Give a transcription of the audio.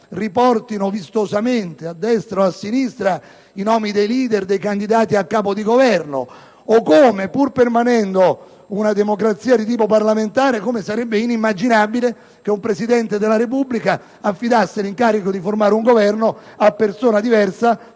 riportino vistosamente, a destra o a sinistra, i nomi dei leader dei candidati a Capo del Governo o come, pur permanendo una democrazia di tipo parlamentare, sarebbe inimmaginabile che un Presidente della Repubblica affidasse l'incarico di formare un Governo a persona diversa